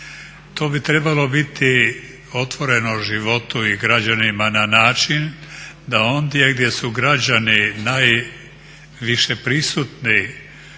To bi trebalo biti otvoreno životu i građanima na način da ondje gdje su građani najviše prisutni